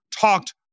talked